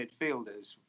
midfielders